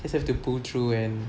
just have to pull through and